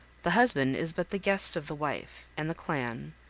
the husband is but the guest of the wife and the clan,